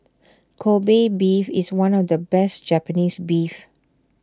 Kobe Beef is one of the best Japanese Beef